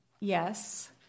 yes